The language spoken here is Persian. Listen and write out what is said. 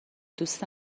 دوست